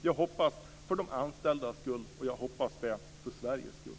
Jag hoppas det för de anställdas skull och för Sveriges skull.